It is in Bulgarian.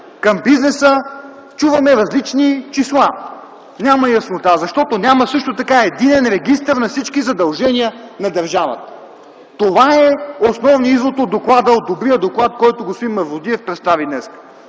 към бизнеса, чуваме различни числа. Няма яснота, защото няма също така единен регистър на всички задължения на държавата. Това е основният извод от доклада – от добрия доклад, който господин Мавродиев представи днес.